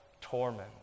torment